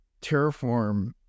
Terraform